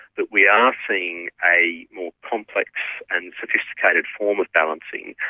but we are seeing a more complex and sophisticated form of balancing.